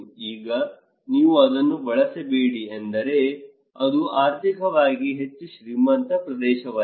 ಈಗ ನೀವು ಅದನ್ನು ಬಳಸಬೇಡಿ ಎಂದರೆ ಇದು ಆರ್ಥಿಕವಾಗಿ ಹೆಚ್ಚು ಶ್ರೀಮಂತ ಪ್ರದೇಶವಲ್ಲ